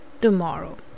tomorrow